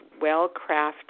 well-crafted